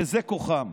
וזה כוחם.